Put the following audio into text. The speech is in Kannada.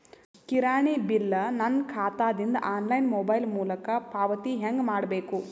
ಕಿರಾಣಿ ಬಿಲ್ ನನ್ನ ಖಾತಾ ದಿಂದ ಆನ್ಲೈನ್ ಮೊಬೈಲ್ ಮೊಲಕ ಪಾವತಿ ಹೆಂಗ್ ಮಾಡಬೇಕು?